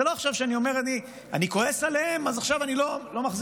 זה לא שעכשיו אני אומר: אני כועס עליהם אז עכשיו אני לא מחזיר.